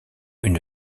une